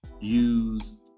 use